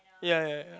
ya ya ya